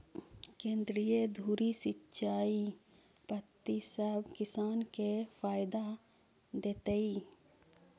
केंद्रीय धुरी सिंचाई पद्धति सब किसान के फायदा देतइ